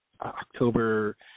october